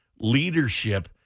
leadership